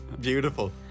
Beautiful